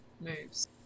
moves